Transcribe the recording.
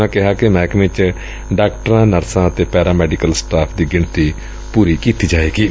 ਉਨ੍ਹਾਂ ਕਿਹਾ ਕਿ ਮਹਿਕੰਮੇ ਚ ਡਾਕਟਰਾਂ ਨਰਸਾਂ ਅਤੇ ਪੈਰਾ ਮੈਡੀਕਲ ਸਟਾਫ ਦੀ ਗਿਣਤੀ ਪੂਰੀ ਕੀਤੀ ਜਾਏਗੀ